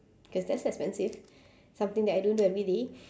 because that's expensive something that I don't do every day